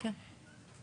כן.